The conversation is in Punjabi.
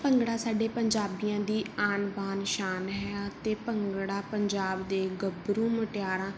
ਭੰਗੜਾ ਸਾਡੇ ਪੰਜਾਬੀਆਂ ਦੀ ਆਨ ਬਾਨ ਸ਼ਾਨ ਹੈ ਅਤੇ ਭੰਗੜਾ ਪੰਜਾਬ ਦੇ ਗੱਭਰੂ ਮੁਟਿਆਰਾਂ